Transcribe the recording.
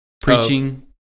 Preaching